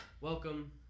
welcome